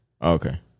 okay